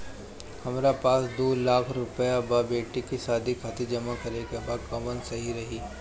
हमरा पास दू लाख रुपया बा बेटी के शादी खातिर जमा करे के बा कवन सही रही?